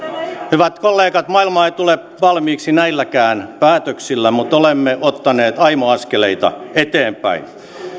hyvät kollegat maailma ei tule valmiiksi näilläkään päätöksillä mutta olemme ottaneet aimo askeleita eteenpäin